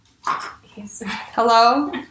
hello